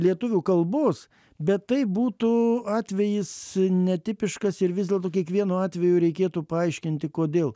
lietuvių kalbos bet tai būtų atvejis netipiškas ir vis dėlto kiekvienu atveju reikėtų paaiškinti kodėl